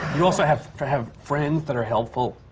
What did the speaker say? you also have have friends that are helpful,